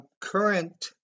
current